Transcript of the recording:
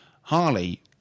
Harley